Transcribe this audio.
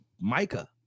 Micah